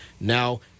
now